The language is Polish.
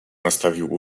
nastawił